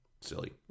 silly